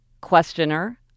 Questioner